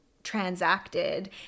transacted